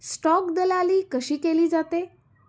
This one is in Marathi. स्टॉक दलाली कशी केली जाते?